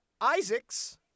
Isaacs